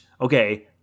okay